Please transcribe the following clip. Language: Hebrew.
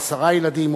או עשרה ילדים,